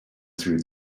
through